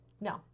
No